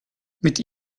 mit